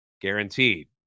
guaranteed